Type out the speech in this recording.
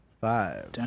Five